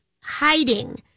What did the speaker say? hiding